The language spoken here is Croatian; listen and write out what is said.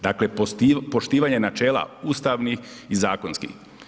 Dakle, poštivanje načela ustavnih i zakonskih.